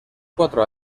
cuatro